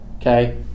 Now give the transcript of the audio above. Okay